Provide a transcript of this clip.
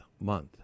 month